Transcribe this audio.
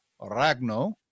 ragno